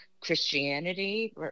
Christianity